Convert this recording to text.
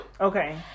Okay